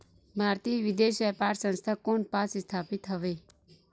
भारतीय विदेश व्यापार संस्था कोन पास स्थापित हवएं?